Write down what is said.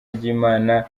ry’imana